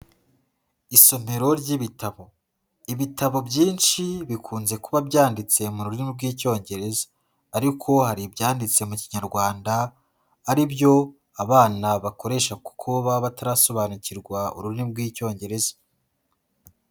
Isomero ry'ibitabo, ibitabo byinshi bikunze kuba byanditse mu rurimi rw'Icyongereza ariko hari ibyanditse mu Kinyarwanda aribyo abana bakoresha kuko baba batarasobanukirwa ururimi rw'Icyongereza.